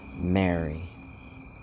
Mary